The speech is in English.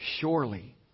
surely